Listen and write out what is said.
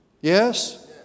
Yes